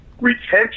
retention